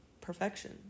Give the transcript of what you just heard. perfection